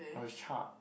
oh is charred